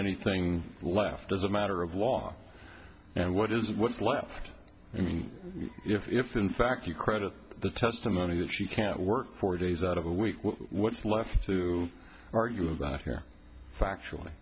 anything left as a matter of law and what is what's left and if in fact you credit the testimony that she can work four days out of a week what's left to argue about here factually